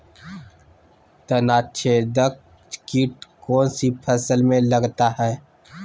तनाछेदक किट कौन सी फसल में लगता है?